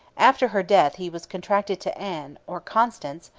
after her death he was contracted to anne, or constance,